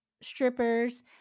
strippers